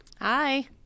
Hi